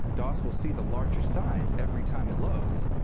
dos will see the larger size every time it loads.